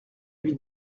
lui